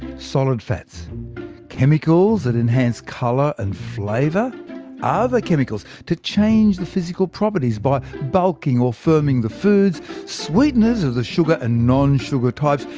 solid fats and chemicals that enhance colour and flavour other chemicals to change the physical properties by bulking or firming the foods sweeteners of the sugar and non-sugar types,